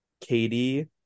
Katie